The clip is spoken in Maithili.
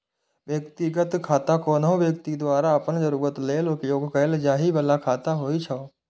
व्यक्तिगत खाता कोनो व्यक्ति द्वारा अपन जरूरत लेल उपयोग कैल जाइ बला खाता होइ छै